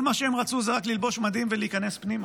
כל מה שהם רצו זה רק ללבוש מדים ולהיכנס פנימה.